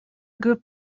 group